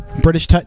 British